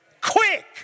Quick